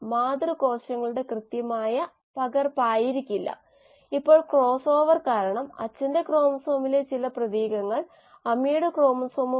glucose ഈ പാതയിലേക്ക് പ്രവേശിക്കുന്നുവെന്ന് നമുക്ക് അറിയാം തുടർന്ന് TCA സൈക്കിൾ എന്ന് വിളിക്കപ്പെടുന്ന മറ്റൊരു പാത തുടർന്ന് ഓക്സിഡേറ്റീവ് ഫോസ്ഫോറിലേഷൻ അതുവഴി ATP ഉൽപാദിപ്പിക്കുന്നു ഈ സാഹചര്യത്തിൽ ഗ്ലൂക്കോസ് ഊർജ്ജ സ്രോതസ്സാണ്